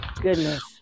Goodness